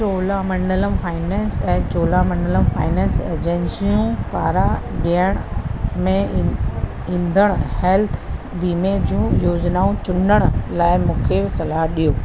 Cholamandalam finance ऐं Cholamandalam finance एजेंसियूं पारां ॾियण में ई ईंदड़ु हेल्थ बीमे जूं योजनाऊं चूंडण लाइ मूंखे सलाह ॾियो